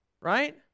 right